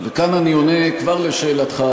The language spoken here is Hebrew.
כאן אני עונה כבר על שאלתך,